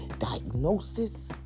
diagnosis